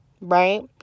Right